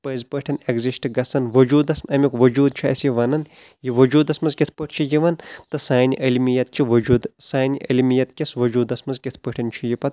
پٔزۍ پٲٹھۍ ایٚگزسٹ گژھان وجودس امیُک وجود چھُ اسہِ یہِ وَنان یہِ وجودس منٛز کِتھ پٲٹھۍ چھِ یہِ یِوان تہٕ سانہِ علمیت چہِ وجود سانہِ علمیت کِس وجودس منٛز کِتھ پٲٹھۍ چھِ یہِ پتہ